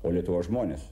o lietuvos žmonės